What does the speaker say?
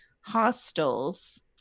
hostels